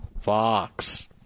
Fox